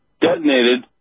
detonated